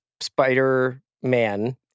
Spider-Man